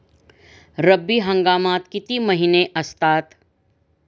रब्बी हंगामात किती महिने असतात?